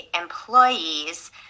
employees